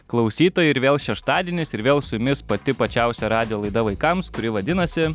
klausytojai ir vėl šeštadienis ir vėl su jumis pati pačiausia radijo laida vaikams kuri vadinasi